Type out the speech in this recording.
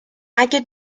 اگه